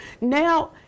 Now